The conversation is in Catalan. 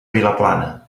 vilaplana